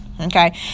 Okay